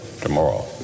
tomorrow